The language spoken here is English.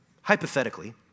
hypothetically